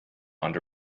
under